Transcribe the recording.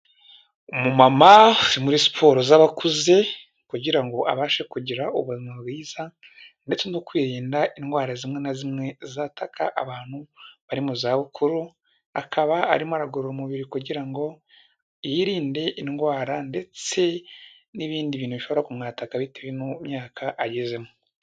Umumama uri muri siporo z'abakuze, kugirango abashe kugira ubuzima bwiza, ndetse no kwirinda indwara zimwe na zimwe zataka abantu bari mu zabukuru, akaba arimo aragorora umubiri kugira ngo yirinde indwara, ndetse n'ibindi bintu bishobora kumwataka bitewe n'imyaka agezemo.